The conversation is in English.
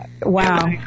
Wow